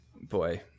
Boy